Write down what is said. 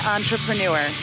Entrepreneur